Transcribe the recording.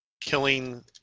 killing